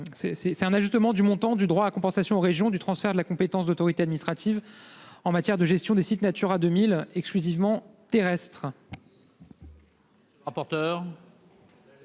d'un ajustement du montant du droit à compensation aux régions résultant du transfert de la compétence d'autorité administrative en matière de gestion des sites Natura 2000 exclusivement terrestres.